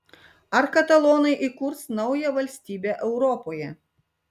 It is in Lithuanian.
ar katalonai įkurs naują valstybę europoje